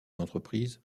d’entreprise